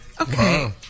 Okay